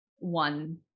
one